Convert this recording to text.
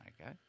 Okay